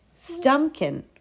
Stumpkin